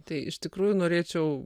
tai iš tikrųjų norėčiau